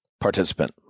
participant